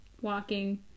walking